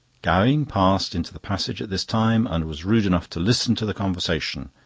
gowing passed into the passage at this time and was rude enough to listen to the conversation,